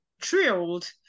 thrilled